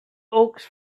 oaks